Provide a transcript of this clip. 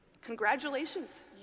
Congratulations